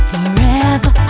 Forever